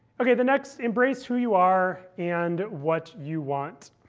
ok, the next embrace who you are and what you want.